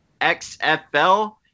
XFL